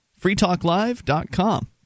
freetalklive.com